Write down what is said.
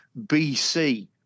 BC